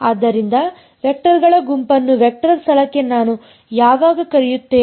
ಆದ್ದರಿಂದ ವೆಕ್ಟರ್ಗಳ ಗುಂಪನ್ನು ವೆಕ್ಟರ್ ಸ್ಥಳಕ್ಕೆ ನಾನು ಯಾವಾಗ ಕರೆಯುತ್ತೇನೆ